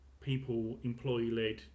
people-employee-led